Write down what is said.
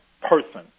person